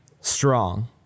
strong